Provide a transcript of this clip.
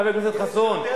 חבר הכנסת חסון,